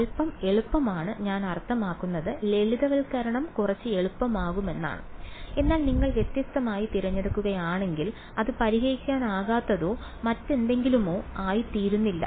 അൽപ്പം എളുപ്പമാണ് ഞാൻ അർത്ഥമാക്കുന്നത് ലളിതവൽക്കരണം കുറച്ച് എളുപ്പമാകുമെന്നാണ് എന്നാൽ നിങ്ങൾ വ്യത്യസ്തമായി തിരഞ്ഞെടുക്കുകയാണെങ്കിൽ അത് പരിഹരിക്കാനാകാത്തതോ മറ്റെന്തെങ്കിലുമോ ആയിത്തീരുന്നില്ല